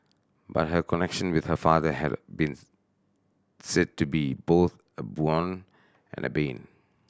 but her connection with her father had been said to be both a boon and a bane